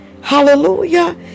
hallelujah